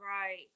right